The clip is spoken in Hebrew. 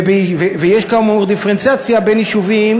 ויש כאמור דיפרנציאציה בין יישובים